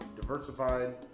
diversified